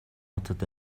хотод